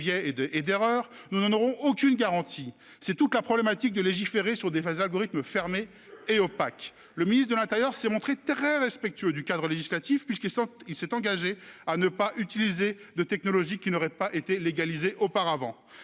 nous n'en aurons aucune garantie. Tel est le coeur du problème lorsqu'on légifère sur des algorithmes fermés et opaques. Le ministre de l'intérieur s'est montré très respectueux du cadre législatif, puisqu'il s'est engagé à ne pas utiliser de technologies qui n'auraient pas été légalisées au préalable.